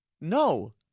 No